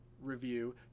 review